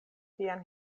vian